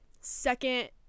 second